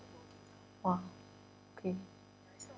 !wah! okay